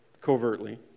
covertly